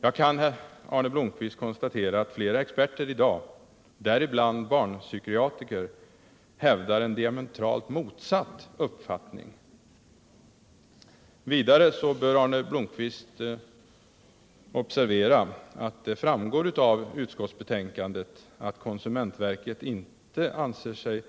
Jag kan, Arne Blomkvist, konstatera att flera experter i dag, däribland barnpsykiatriker, hävdar en diametralt motsatt uppfattning mot den som Arne Blomkvist framfört. Vidare bör Arne Blomkvist observera att det framgår av utskottsbetänkandet att konsumentverket inte anser sig